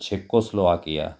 Czechoslovakia